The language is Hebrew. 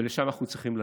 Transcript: ולשם אנחנו צריכים ללכת.